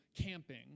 camping